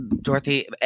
Dorothy